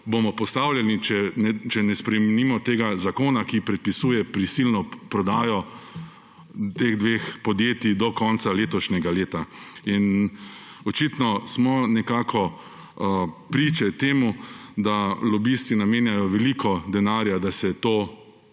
bomo postavljeni, če ne spremenimo tega zakona, ki predpisuje prisilno prodajo teh dveh podjetij do konca letošnjega leta? Očitno smo nekako priče temu, da lobisti namenjajo veliko denarja, da se to